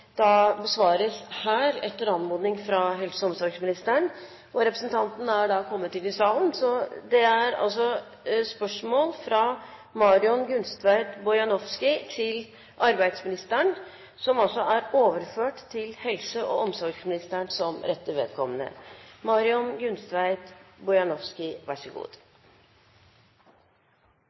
da statsråden er bortreist. Spørsmål 18, fra representanten Marion Gunstveit Bojanowski til arbeidsministeren, er overført til helse- og omsorgsministeren som rette vedkommende.